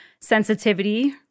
sensitivity